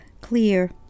clear